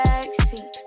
Backseat